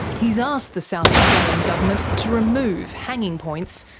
he's asked the south australian government to remove hanging points,